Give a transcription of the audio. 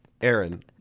Aaron